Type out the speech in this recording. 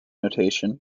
notation